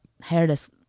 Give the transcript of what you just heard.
Hairless